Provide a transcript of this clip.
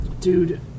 Dude